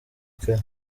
kare